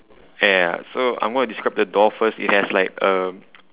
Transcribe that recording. ya ya ya so I'm going to describe the door first it has like um